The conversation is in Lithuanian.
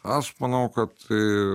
aš manau kad